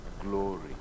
glory